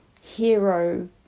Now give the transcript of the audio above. hero